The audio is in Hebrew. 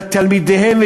ותלמידיהם,